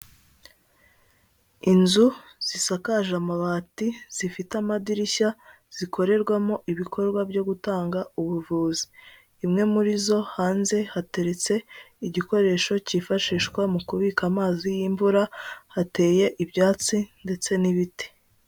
Inzu zisakaje amabati zifite amadirishya, zikorerwamo ibikorwa byo gutanga ubuvuzi. Imwe muri zo hanze hateretse igikoresho cyifashishwa mu kubika amazi y'imvura, hateye ibyatsi ndetse n'ibiti.